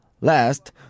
Last